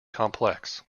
complex